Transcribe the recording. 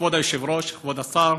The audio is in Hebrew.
כבוד היושב-ראש, כבוד השר,